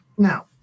Now